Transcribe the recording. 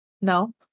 No